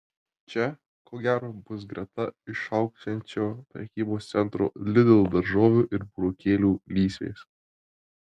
čia ko gero bus greta išaugsiančio prekybos centro lidl daržovių ir burokėlių lysvės